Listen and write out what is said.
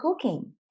cooking